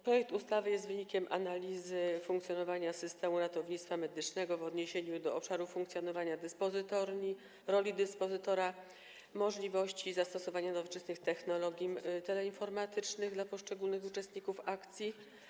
Projekt ustawy jest wynikiem analizy działania systemu ratownictwa medycznego w odniesieniu do funkcjonowania dyspozytorni, roli dyspozytora, możliwości zastosowania nowoczesnych technologii teleinformatycznych przez poszczególnych uczestników akcji.